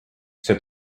see